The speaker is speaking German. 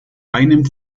einem